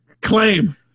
claim